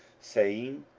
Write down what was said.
saying,